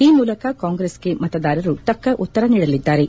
ಈ ಮೂಲಕ ಕಾಂಗ್ರೆಸ್ಗೆ ಮತದಾರರು ತಕ್ಕ ಉತ್ತರ ನೀಡಲಿದ್ದಾರೆ